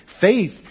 Faith